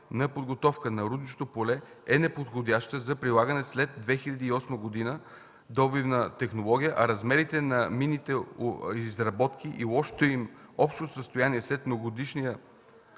на подготовка на рудничното поле е неподходяща за прилагане след 2008 г. добивна технология, а размерите на минните изработки и лошото им общо състояние след многогодишния